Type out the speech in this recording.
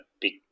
big